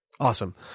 Awesome